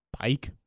Bike